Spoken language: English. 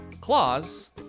claws